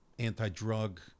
Anti-drug